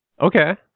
Okay